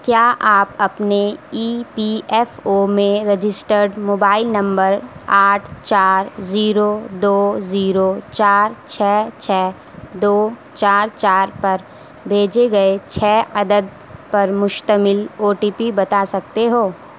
کیا آپ اپنے ای پی ایف او میں رجسٹرڈ موبائل نمبر آٹھ چار زیرو دو زیرو چار چھ چھ دو چار چار پر بھیجے گئے چھ عدد پر مشتمل او ٹی پی بتا سکتے ہو